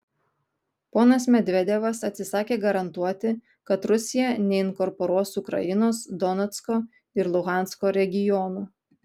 ponas medvedevas atsisakė garantuoti kad rusija neinkorporuos ukrainos donecko ir luhansko regionų